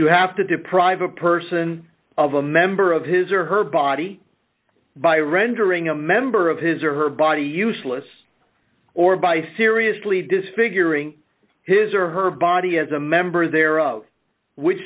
you have to deprive a person of a member of his or her body by rendering a member of his or her body useless or by seriously disfiguring his or her body as a member thereof which